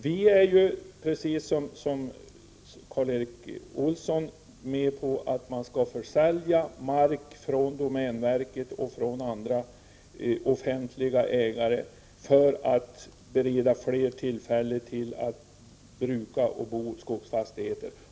Vi är, precis som Karl Erik Olsson, med på att man skall försälja mark från domänverket och från andra offentliga ägare för att bereda flera människor möjlighet att bruka och bo på skogsfastigheter.